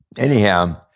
anyhow,